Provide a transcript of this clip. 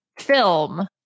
film